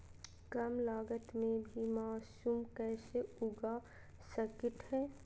कम लगत मे भी मासूम कैसे उगा स्केट है?